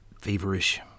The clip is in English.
feverish